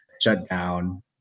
shutdown